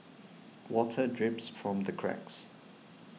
water drips from the cracks